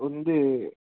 ఉంది